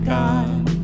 God